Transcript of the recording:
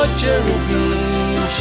cherubim